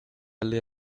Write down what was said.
alle